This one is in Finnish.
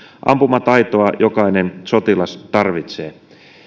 ampumataitoa jokainen sotilas tarvitsee